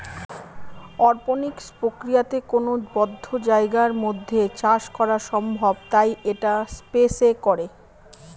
অরপনিক্স প্রক্রিয়াতে কোনো বদ্ধ জায়গার মধ্যে চাষ করা সম্ভব তাই এটা স্পেস এ করে